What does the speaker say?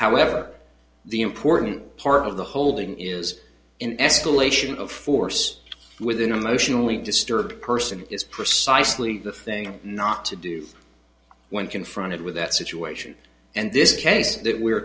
however the important part of the holding is an escalation of force with an emotionally disturbed person is precisely the thing not to do when confronted with that situation and this case that we